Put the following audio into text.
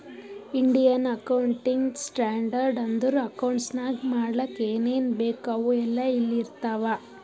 Indian accounting standard ಅಂದುರ್ accounts ನಾಗ್ ಮಾಡ್ಲಕ್ ಏನೇನ್ ಬೇಕು ಅವು ಎಲ್ಲಾ ಇಲ್ಲಿ ಇರ್ತಾವ